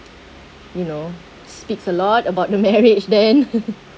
you know speaks a lot about the marriage then